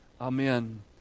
Amen